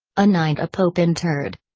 a knight a pope interred.